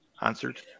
answered